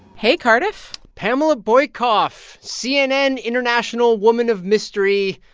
hey, cardiff pamela boykoff, cnn international woman of mystery,